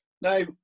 Now